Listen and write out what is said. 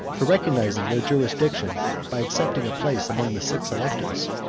for recognizing their jurisdiction by accepting a place among the six electors.